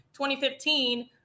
2015